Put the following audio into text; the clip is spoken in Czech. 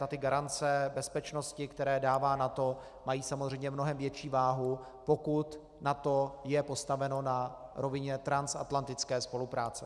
A ty garance bezpečnosti, které dává NATO, mají samozřejmě mnohem větší váhu, pokud je NATO postaveno na rovině transatlantické spolupráce.